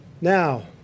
Now